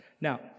Now